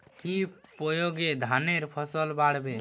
কি প্রয়গে ধানের ফলন বাড়বে?